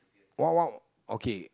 what what okay